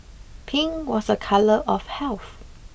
pink was a colour of health